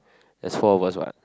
there's four of us what